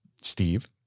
Steve